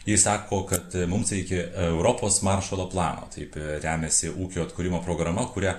ji sako kad mums iki europos maršalo plano taip remiasi ūkio atkūrimo programa kurią